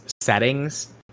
settings